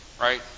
right